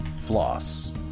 floss